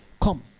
Come